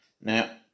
Now